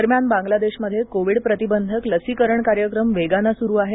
दरम्यान बांग्लादेशमध्ये कोविड प्रतिबंधक लसीकरण कार्यक्रम वेगानं सुरू आहे